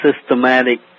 systematic